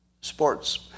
Sports